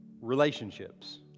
Relationships